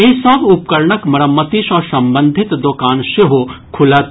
एहि सभ उपकरणक मरम्मति सँ संबंधित दोकान सेहो खुलत